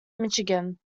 michigan